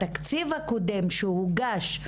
בתקציב הקודם שהוגש,